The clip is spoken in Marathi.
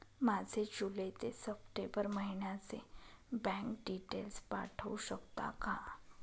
माझे जुलै ते सप्टेंबर महिन्याचे बँक डिटेल्स पाठवू शकता का?